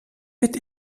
wird